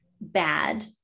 bad